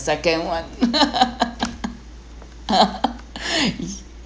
second one